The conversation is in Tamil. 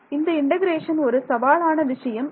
இந்த இன்டெகரேஷன் ஒரு சவாலான விஷயம் இல்லை